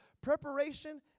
Preparation